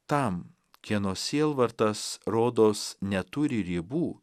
tam kieno sielvartas rodos neturi ribų